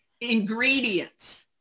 ingredients